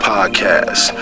Podcast